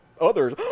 others